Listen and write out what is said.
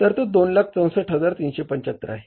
तर तो 264375 आहे